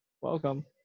welcome